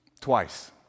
Twice